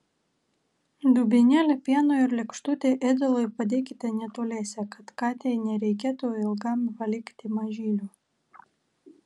dubenėlį pienui ir lėkštutę ėdalui padėkite netoliese kad katei nereikėtų ilgam palikti mažylių